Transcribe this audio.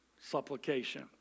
supplication